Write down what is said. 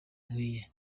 nkwiye